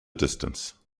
distance